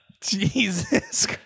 Jesus